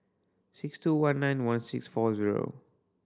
six two one nine one six four zero